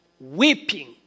weeping